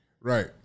Right